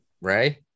Right